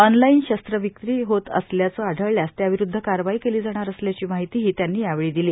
online शस्त्रविक्री होत असल्याचं आढळल्यास त्याविरुद्ध कारवाई केली जाणार असल्याची माहितीही त्यांनी यावेळी दिली